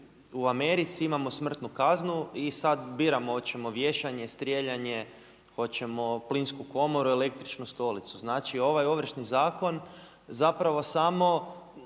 u Americi imamo smrtnu kaznu i sad biramo hoćemo vješanje, strijeljanje, hoćemo plinsku komoru, električnu stolicu. Znači, ovaj Ovršni zakon zapravo samo